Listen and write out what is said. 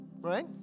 right